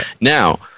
now